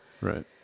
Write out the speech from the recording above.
Right